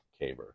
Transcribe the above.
Kaber